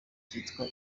cyitwa